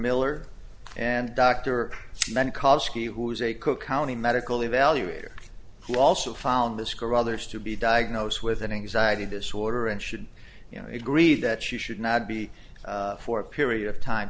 miller and dr amen kosky who is a cook county medical evaluated who also found this carruthers to be diagnosed with an anxiety disorder and should you know agree that she should not be for a period of time